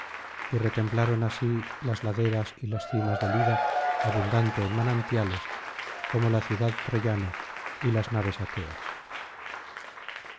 y retemblaron así las laderas y las cimas del ida abundante en manantiales como la ciudad troyana y las naves aqueas